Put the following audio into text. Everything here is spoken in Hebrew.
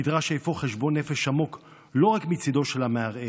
נדרש אפוא חשבון נפש עמוק לא רק מצידו של המערער.